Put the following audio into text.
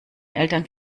eltern